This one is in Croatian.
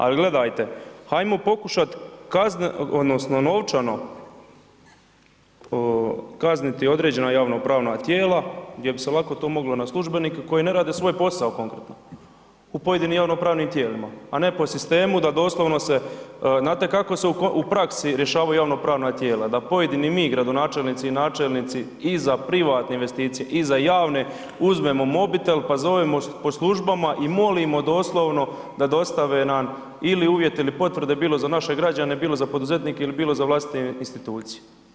Ali gledajte hajmo pokušat kazneno odnosno novčano kazniti određena javnopravna tijela gdje bi se lako to moglo na službenike koji ne rade svoj posao konkretno u pojedinim javnopravnim tijelima, a ne po sistemu da doslovno se, znate kako se u praksi rješavaju javnopravna tijela, da pojedini mi gradonačelnici i načelnici i za privatne investicije i za javne uzmemo mobitel pa zovemo po službama i molimo doslovno da dostave nam ili uvjete ili potvrde bilo za naše građane, bilo za poduzetnike ili bilo za vlastite institucije.